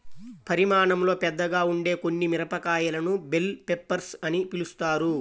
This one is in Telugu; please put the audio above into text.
పరిమాణంలో పెద్దగా ఉండే కొన్ని మిరపకాయలను బెల్ పెప్పర్స్ అని పిలుస్తారు